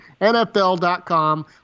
NFL.com